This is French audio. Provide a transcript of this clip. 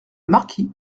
marquis